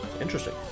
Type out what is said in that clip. Interesting